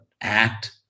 act